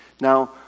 Now